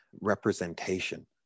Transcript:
representation